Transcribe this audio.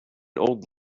old